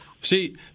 See